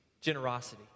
generosity